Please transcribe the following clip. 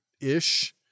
ish